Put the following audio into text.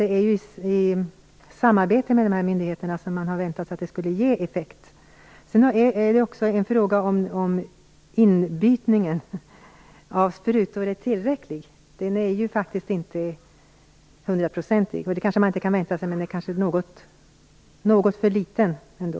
Det är ju i samarbete med dessa myndigheter som försöksverksamheten kan ge effekt. Sedan har jag också en fråga om inbytningen av sprutor. Är den tillräcklig? Inbytningen är ju faktiskt inte 100-procentig - kanske är den något för liten ändå.